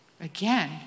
Again